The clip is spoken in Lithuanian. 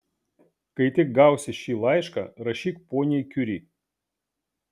kai tik gausi šį laišką rašyk poniai kiuri